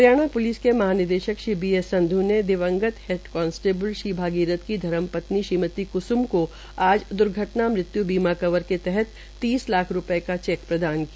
Haryana police के महानिदेशक B S Sandhu ने दिवंगत हेड कांस्टेबल श्री भागीरथ की धर्मपत्नी श्रीमती क्स्म को आज द्र्घटना मृतय् कवर के तहत तीस लाख रूपये का चेक प्रदान किया